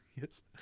Yes